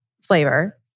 flavor